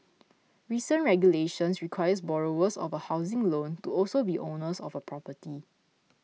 recent regulations requires borrowers of a housing loan to also be owners of a property